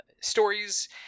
stories